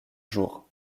jours